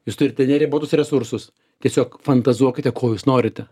jūs turite neribotus resursus tiesiog fantazuokite ko jūs norite